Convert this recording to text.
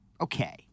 okay